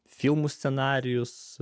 filmų scenarijus